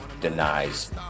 denies